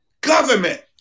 government